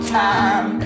time